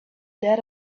that